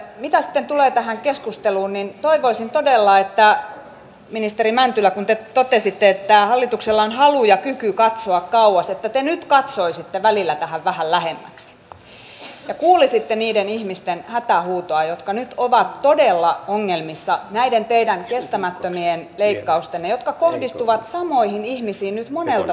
mitä sitten tulee tähän keskusteluun niin toivoisin todella ministeri mäntylä kun te totesitte että hallituksella on halu ja kyky katsoa kauas että te nyt katsoisitte välillä tähän vähän lähemmäksi ja kuulisitte niiden ihmisten hätähuutoa jotka nyt ovat todella ongelmissa näiden teidän kestämättömien leikkaustenne takia nehän kohdistuvat samoihin ihmisiin nyt monelta suunnalta